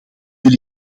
wil